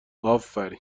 افرین